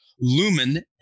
lumen